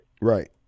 Right